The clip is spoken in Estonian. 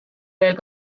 veel